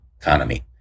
economy